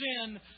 sin